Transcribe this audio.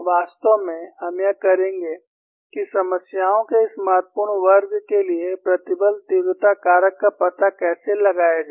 वास्तव में हम यह करेंगे कि समस्याओं के इस महत्वपूर्ण वर्ग के लिए प्रतिबल तीव्रता कारक का पता कैसे लगाया जाए